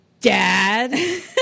dad